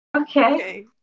Okay